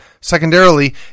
Secondarily